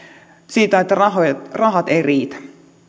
siitä että rahat rahat eivät riitä